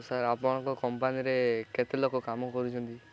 sir ଆପଣଙ୍କ କମ୍ପାନୀରେ କେତେ ଲୋକ କାମ କରୁଛନ୍ତି